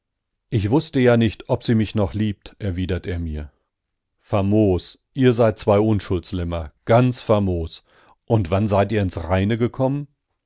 ich wußte ja nicht ob sie mich noch liebt erwidert er mir famos ihr seid zwei unschuldslämmer ganz famos und wann seid ihr ins reine gekommen